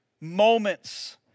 moments